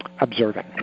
observing